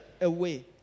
away